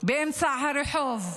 באמצע הרחוב.